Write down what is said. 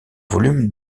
volume